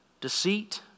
deceit